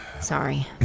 Sorry